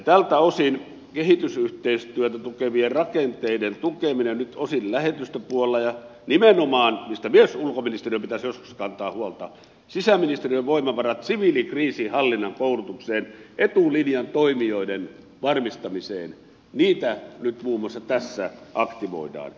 tältä osin nyt kehitysyhteistyötä tukevia rakenteita osin lähetystöpuolella ja nimenomaan mistä myös ulkoministeriön pitäisi joskus kantaa huolta sisäministeriön voimavaroja siviilikriisinhallinnan koulutuksessa etulinjan toimijoiden varmistamisessa muun muassa tässä aktivoidaan